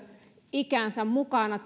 työikänsä mukana